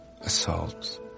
assaults